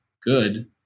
good